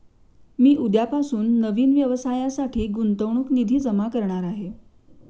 मी उद्यापासून नवीन व्यवसायासाठी गुंतवणूक निधी जमा करणार आहे